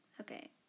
okay